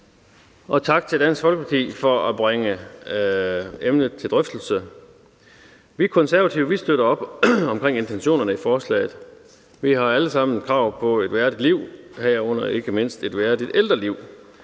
Og tak til Dansk Folkeparti for at bringe emnet op til drøftelse. Vi Konservative støtter op om intentionerne i forslaget. Vi har alle sammen krav på et værdigt liv, herunder ikke mindst et værdigt ældreliv,